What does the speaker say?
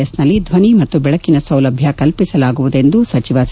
ಎಸ್ನಲ್ಲಿ ಥ್ವನಿ ಮತ್ತು ಬೆಳಕಿನ ಸೌಲಭ್ಯ ಕಲ್ಪಿಸಲಾಗುವುದು ಎಂದು ಸಚಿವ ಸಿ